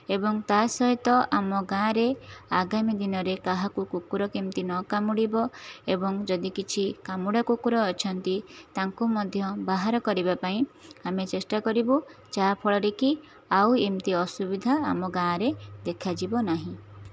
ଏବଂ ତା'ସହିତ ଆମ ଗାଁରେ ଆଗାମୀ ଦିନରେ କାହାକୁ କୁକୁର କେମିତି ନ କାମୁଡ଼ିବ ଏବଂ ଯଦି କିଛି କାମୁଡ଼ା କୁକୁର ଅଛନ୍ତି ତାଙ୍କୁ ମଧ୍ୟ ବାହାର କରିବା ପାଇଁ ଆମେ ଚେଷ୍ଟା କରିବୁ ଯାହାଫଳରେକି ଆଉ ଏମିତି ଅସୁବିଧା ଆମ ଗାଁରେ ଦେଖାଯିବ ନାହିଁ